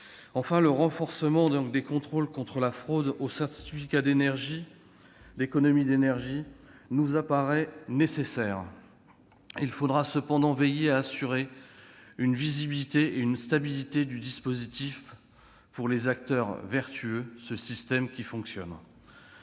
Enfin, le renforcement des contrôles contre la fraude aux certificats d'économies d'énergie nous paraît nécessaire. Il faudra cependant veiller à assurer une visibilité et une stabilité du dispositif pour les acteurs vertueux de ce système qui fonctionne.